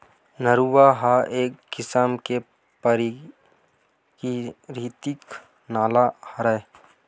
नरूवा ह एक किसम के पराकिरितिक नाला हरय